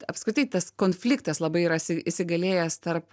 apskritai tas konfliktas labai yra įs įsigalėjęs tarp